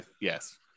yes